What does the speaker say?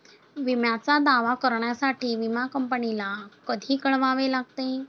विम्याचा दावा करण्यासाठी विमा कंपनीला कधी कळवावे लागते?